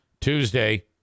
Tuesday